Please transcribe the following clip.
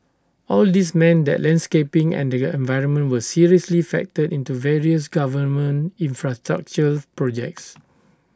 all these meant that landscaping and the environment were seriously factored into various government infrastructural projects